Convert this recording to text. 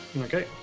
Okay